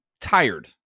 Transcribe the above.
tired